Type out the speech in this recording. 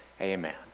Amen